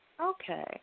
Okay